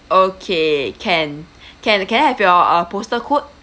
okay can can can I have your uh postal code